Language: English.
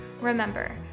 Remember